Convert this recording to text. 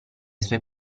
sue